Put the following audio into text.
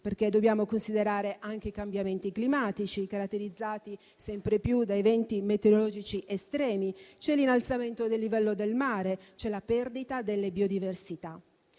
perché dobbiamo considerare anche i cambiamenti climatici, caratterizzati sempre più da eventi meteorologici estremi: c'è l'innalzamento del livello del mare, c'è la perdita delle biodiversità.